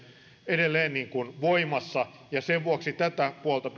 edelleen voimassa ja sen vuoksi tätä puolta pitää erityisten